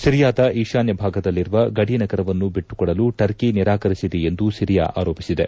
ಸಿರಿಯಾದ ಈಶಾನ್ಯ ಭಾಗದಲ್ಲಿರುವ ಗಡಿ ನಗರವನ್ನು ಬಿಟ್ಟುಕೊಡಲು ಟರ್ಕಿ ನಿರಾಕರಿಸಿದೆ ಎಂದು ಸಿರಿಯಾ ಆರೋಪಿಸಿದೆ